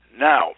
Now